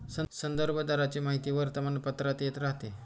संदर्भ दराची माहिती वर्तमानपत्रात येत राहते